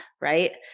right